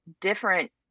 different